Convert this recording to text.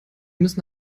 müssen